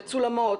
המצולמות,